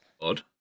odd